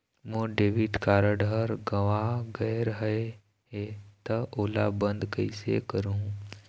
मोर debit card हर गंवा गैर गए हे त ओला बंद कइसे करहूं?